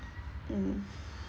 mm